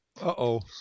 Uh-oh